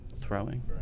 throwing